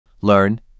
learn